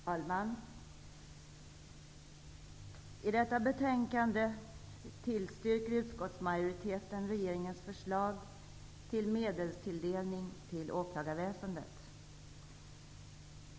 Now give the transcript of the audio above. Herr talman! I detta betänkande tillstyrker utskottsmajoriteten regeringens förslag till medelstilldelning till åklagarväsendet.